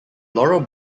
laurel